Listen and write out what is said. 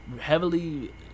heavily